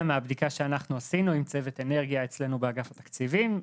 מהבדיקה שאנחנו עשינו עם צוות אנרגיה אצלנו באגף התקציבים,